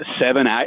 seven